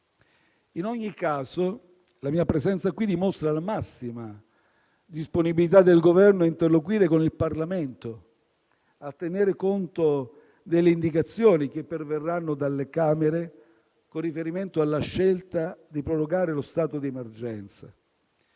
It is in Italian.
In ogni caso, la mia presenza qui dimostra la massima disponibilità del Governo ad interloquire con il Parlamento, a tenere conto delle indicazioni che perverranno dalle Camere con riferimento alla scelta di prorogare lo stato di emergenza.